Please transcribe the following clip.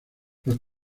los